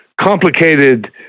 complicated